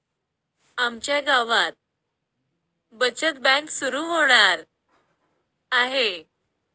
आमच्या गावात बचत बँक सुरू होणार आहे